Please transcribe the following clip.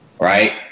right